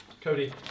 Cody